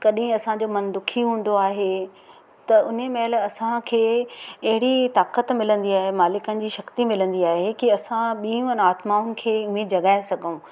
कॾहिं असांजो मन दुखी हूंदो आहे त उन्हीअ महिल असांखे अहिड़ी ताक़तु मिलंदी आहे मालिकनि जी शक्ती मिलंदी आहे की असां ॿियनि आत्माऊंनि खे में जगाए सघूं